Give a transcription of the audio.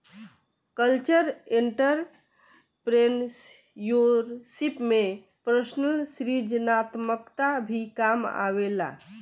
cultural entrepreneurship में personal सृजनात्मकता भी काम आवेला